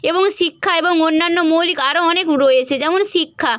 এবং শিক্ষা এবং অন্যান্য মৌলিক আরও অনেক রয়েছে যেমন শিক্ষা